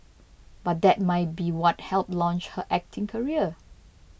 but that might be what helped launch her acting career